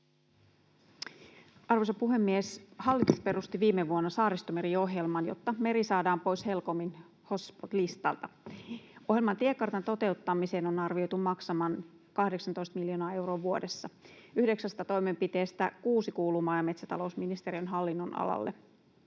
Arvoisa puhemies! Hallitus perusti viime vuonna Saaristomeri-ohjelman, jotta meri saadaan helpommin pois hotspot‑listalta. Ohjelman tiekartan toteuttamisen on arvioitu maksavan 18 miljoonaa euroa vuodessa. Yhdeksästä toimenpiteestä kuusi kuuluu maa- ja metsätalousministeriön hallinnonalalle.